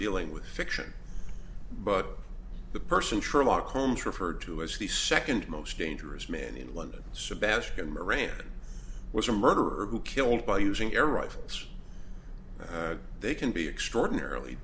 dealing with fiction but the person sherlock holmes referred to as the second most dangerous man in london sebastian moran was a murderer who killed by using air rifles they can be extraordinarily